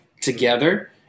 together